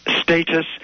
status